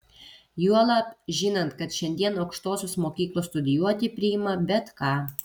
juolab žinant kad šiandien aukštosios mokyklos studijuoti priima bet ką